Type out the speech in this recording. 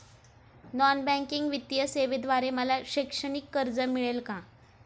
Non banking वित्तीय सेवेद्वारे मला शैक्षणिक कर्ज मिळेल का?